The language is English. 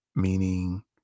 meaning